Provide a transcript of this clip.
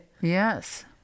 yes